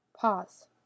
Pause